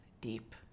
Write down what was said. deep